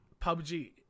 PUBG